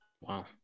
Wow